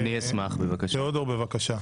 תאודור, בבקשה.